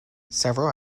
several